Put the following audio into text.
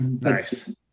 Nice